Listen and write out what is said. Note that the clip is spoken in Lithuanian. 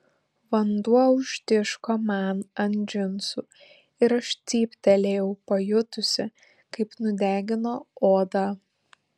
vanduo užtiško man ant džinsų ir aš cyptelėjau pajutusi kaip nudegino odą